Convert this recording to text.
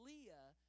Leah